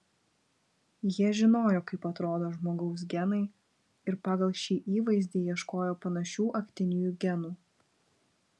jie žinojo kaip atrodo žmogaus genai ir pagal šį įvaizdį ieškojo panašių aktinijų genų